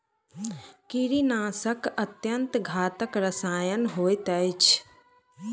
कीड़ीनाशक अत्यन्त घातक रसायन होइत अछि